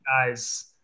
guys